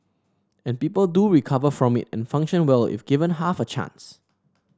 and people do recover from it and function well if given half a chance